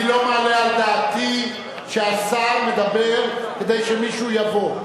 אני לא מעלה על דעתי שהשר מדבר כדי שמישהו יבוא.